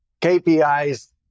KPIs